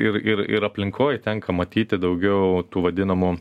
ir ir ir aplinkoj tenka matyti daugiau tų vadinamų